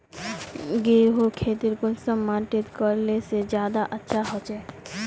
गेहूँर खेती कुंसम माटित करले से ज्यादा अच्छा हाचे?